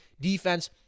defense